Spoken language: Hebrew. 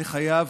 אני חייב